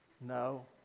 No